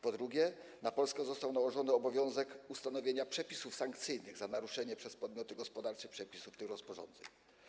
Po drugie, na Polskę został nałożony obowiązek ustanowienia przepisów sankcyjnych za naruszenie przez podmioty gospodarcze przepisów tych rozporządzeń.